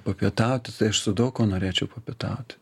papietauti tai aš su daug kuo norėčiau papietauti